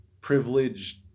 privileged